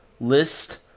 list